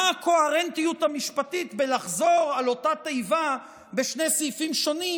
מה הקוהרנטיות המשפטית בלחזור על אותה תיבה בשני סעיפים שונים,